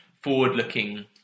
forward-looking